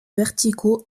verticaux